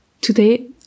Today